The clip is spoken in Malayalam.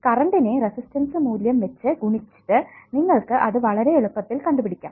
കറണ്ടിനെ റെസിസ്റ്റൻസ് മൂല്യം വെച്ച് ഗുണിച്ചിട്ട് നിങ്ങൾക്ക് അത് വളരെ എളുപ്പത്തിൽ കണ്ടുപിടിക്കാം